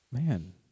Man